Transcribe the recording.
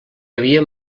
havia